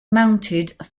mounted